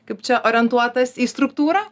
kaip čia orientuotas į struktūrą